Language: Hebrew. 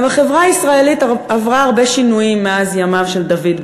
החברה הישראלית עברה הרבה שינויים מאז ימיו של דוד בן-גוריון.